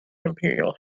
imperial